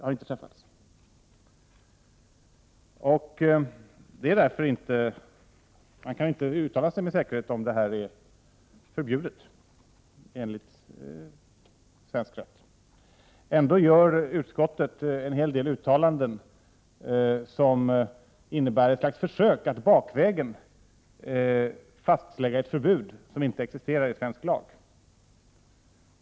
Man kan därför inte uttala sig med säkerhet om detta är förbjudet enligt svensk rätt. Ändå gör utskottet en hel del uttalanden som innebär ett slags försök att bakvägen fastlägga ett förbud som inte existerar i svensk lag.